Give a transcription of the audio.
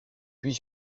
puis